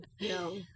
No